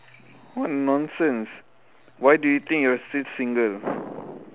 what nonsense why do you think you are still single